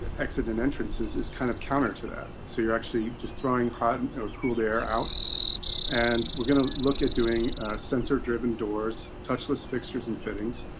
exit and entrance is is kind of counter to that. so you're actually just throwing hot or cold air out and we're going to look at doing sensor driven doors touches fixtures and fittings,